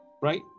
right